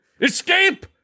Escape